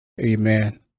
amen